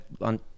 on